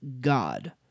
God